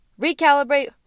recalibrate